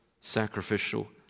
sacrificial